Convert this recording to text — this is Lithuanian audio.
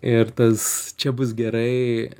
ir tas čia bus gerai